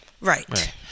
Right